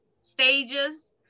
stages